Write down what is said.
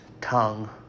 tongue